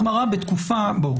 ירוק,